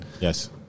Yes